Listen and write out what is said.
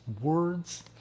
words